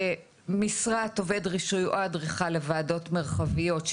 משרת עובד רישוי או אדריכל לוועדות מרחביות,